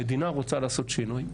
המדינה רוצה לעשות שינוי.